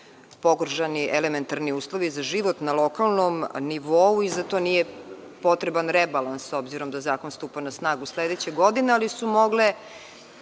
pogoršani uslovi za život na lokalnom nivou i za to nije potreban rebalans, s obzirom da zakon stupa na snagu sledeće godine, ali su mogle